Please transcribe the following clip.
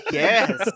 yes